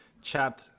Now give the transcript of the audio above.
chat